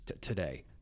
today